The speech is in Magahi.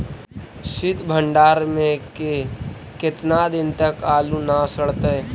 सित भंडार में के केतना दिन तक आलू न सड़तै?